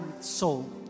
soul